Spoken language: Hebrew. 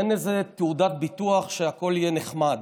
אין איזו תעודת ביטוח שהכול יהיה נחמד.